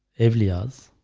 every as